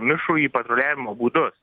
mišrųjį patruliavimo būdus